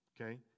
okay